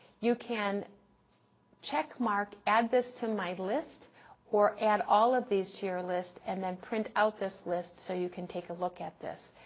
you can checkmark add this to my list or add all of these to your list and then print out this list so you can take a look at this.